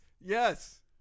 yes